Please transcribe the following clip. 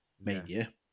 Mania